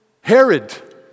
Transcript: Herod